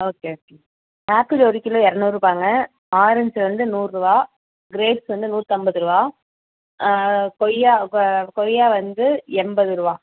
okay okay apple ஒரு kilo இரநூறுரூபாய்ங்க orange வந்து நூறுரூபாய் கிரேப்ஸ் வந்து நூற்றம்பது ரூபாய் கொய்யா ப கொய்யா வந்து எண்பது ரூபாய்